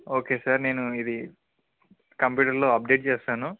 okay sir నేను ఇది కంప్యూటర్లో అప్డేట్ చేస్తాను